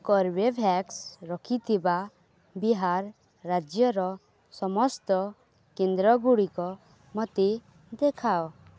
Corbevax ରଖିଥିବା ବିହାର ରାଜ୍ୟର ସମସ୍ତ କେନ୍ଦ୍ରଗୁଡ଼ିକ ମୋତେ ଦେଖାଅ